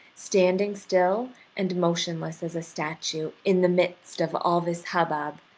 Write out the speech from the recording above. standing still and motionless as a statue in the midst of all this hubbub,